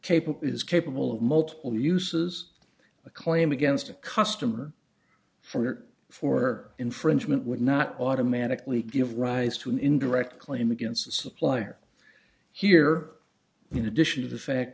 capable is capable of multiple uses a claim against a customer for for infringement would not automatically give rise to an indirect claim against the supplier here you know addition to the fact